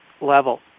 level